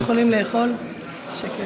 לכאורה אנחנו מדברים פה על סיפור של ביטוח,